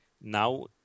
now